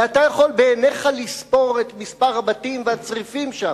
ואתה יכול בעיניך לספור את הבתים והצריפים שם.